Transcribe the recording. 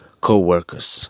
co-workers